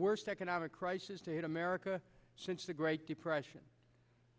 worst economic crisis to hit america since the great depression